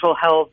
health